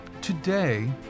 Today